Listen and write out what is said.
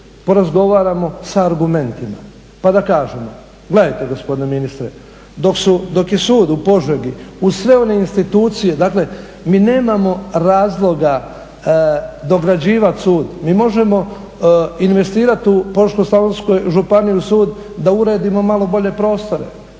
porazgovaramo sa argumentima. Pa da kažemo: gledajte gospodine ministre, dok je sud u Požegi uz sve one institucije, dakle mi nemamo razloga dograđivati sud, mi možemo investirati u Požeško-slavonskoj županiji u sud da uredimo malo bolje prostore.